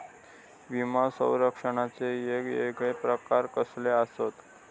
विमा सौरक्षणाचे येगयेगळे प्रकार कसले आसत?